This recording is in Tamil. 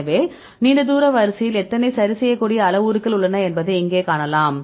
எனவே நீண்ட தூர வரிசையில் எத்தனை சரிசெய்யக்கூடிய அளவுருக்கள் உள்ளன என்பதை இங்கே காணலாம்